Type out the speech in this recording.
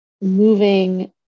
moving